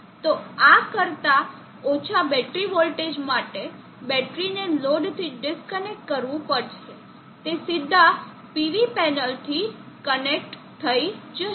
તો આ કરતા ઓછા બેટરી વોલ્ટેજ માટે બેટરીને લોડથી ડિસ્કનેક્ટ કરવું પડશે તે સીધા PV પેનલથી કનેક્ટ થઈ જશે